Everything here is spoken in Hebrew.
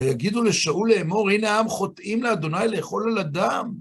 ויגידו לשאול לאמור, הנה העם חוטאים לה', לאכול על הדם.